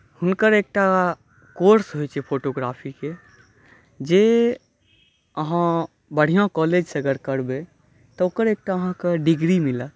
हुनकर एकटा कोर्स होइ छै फोटोग्राफीके जे अहाँ अगर बढ़िऑं कॉलेज से अगर करबै तऽ ओकर एकटा अहाँके डिग्री मिलत